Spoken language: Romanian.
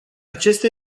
acesta